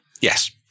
Yes